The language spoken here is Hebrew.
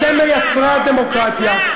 אתם מייצרי הדמוקרטיה,